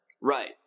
Right